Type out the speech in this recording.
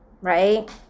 Right